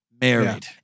married